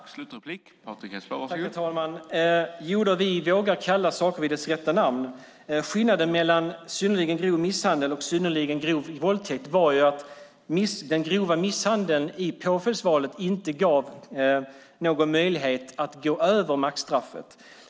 Herr talman! Jodå, vi vågar kalla saker vid deras rätta namn. Skillnaden mellan synnerligen grov misshandel och synnerligen grov våldtäkt var att den grova misshandeln i påföljdsvalet inte gav någon möjlighet att gå över maxstraffet.